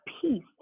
peace